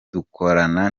dukorana